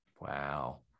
Wow